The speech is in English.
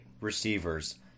receivers